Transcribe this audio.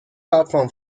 platform